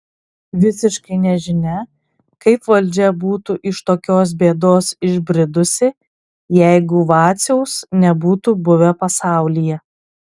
visiškai nežinia kaip valdžia būtų iš tokios bėdos išbridusi jeigu vaciaus nebūtų buvę pasaulyje